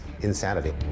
insanity